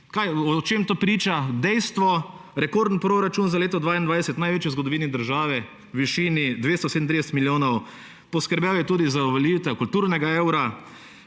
O tem priča dejstvo – rekorden proračun za leto 2022, največji v zgodovini države, v višini 237 milijonov. Poskrbel je tudi za uveljavitev kulturnega evra.